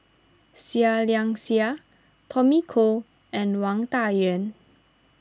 Seah Liang Seah Tommy Koh and Wang Dayuan